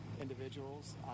individuals